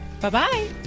Bye-bye